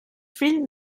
fill